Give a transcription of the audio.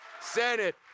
Senate